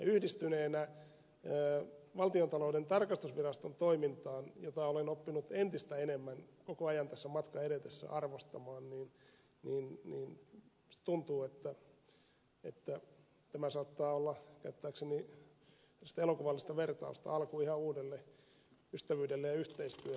yhdistyneenä valtiontalouden tarkastusviraston toimintaan jota olen oppinut entistä enemmän koko ajan matkan edetessä arvostamaan minusta tuntuu että tämä saattaa olla käyttääkseni tällaista elokuvallista vertausta alku ihan uudelle ystävyydelle ja yhteistyölle